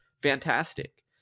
fantastic